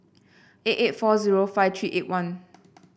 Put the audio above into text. eight eight four zero five three eight one